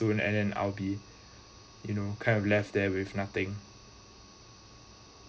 soon and then I'll be you know kind of left there with nothing